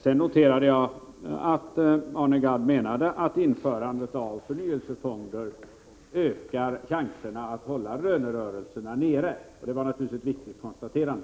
Jag noterade dessutom att Arne Gadd menade att införandet av förnyelsefonder ökar chanserna att hålla kraven i lönerörelserna nere. Det var ett viktigt konstaterande.